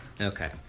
Okay